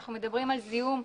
אנחנו מדברים על זיהום,